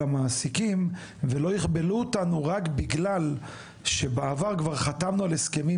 המעסיקים ולא יכבלו אותנו רק בגלל שבעבר כבר חתמנו על הסכמים